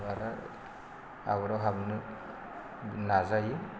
आबादाव हाबनो नाजायो